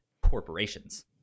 corporations